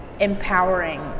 empowering